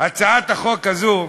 הצעת החוק הזאת,